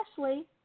Ashley